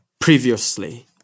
previously